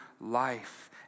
life